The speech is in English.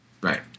right